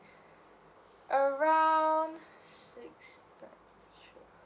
around six